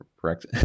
correct